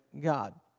God